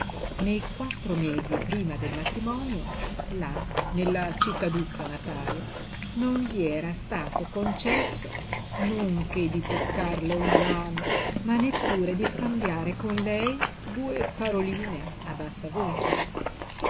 nei quattro mesi prima del matrimonio là nella cittaduzza natale non gli era stato concesso non che di toccarle una mano ma neppure di scambiare con lei due paroline a bassa voce